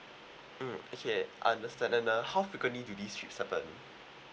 mm okay understand and uh how frequently do these trips happen